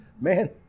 Man